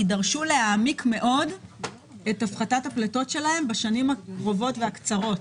יצטרכו להעמיק מאוד את הפחתת הפליטות שלהן בשנים הקרובות והקצרות.